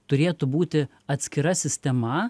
turėtų būti atskira sistema